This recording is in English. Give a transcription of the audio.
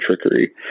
trickery